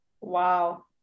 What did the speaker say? Wow